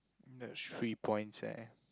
that's three points eh